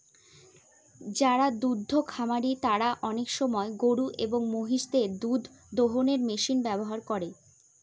যারা দুদ্ধ খামারি তারা আনেক সময় গরু এবং মহিষদের দুধ দোহানোর মেশিন ব্যবহার করে